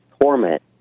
torment